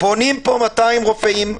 פונים 200 רופאים,